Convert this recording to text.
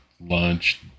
lunch